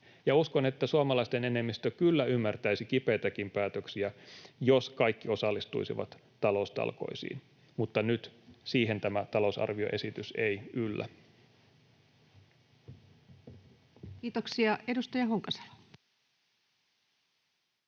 uskon, että suomalaisten enemmistö kyllä ymmärtäisi kipeitäkin päätöksiä, jos kaikki osallistuisivat taloustalkoisiin, mutta siihen tämä talousarvioesitys ei nyt yllä. [Speech 508] Speaker: